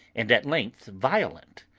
and at length violent,